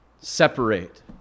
separate